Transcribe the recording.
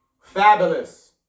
fabulous